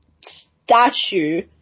statue